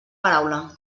paraula